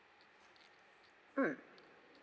mm